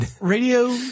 radio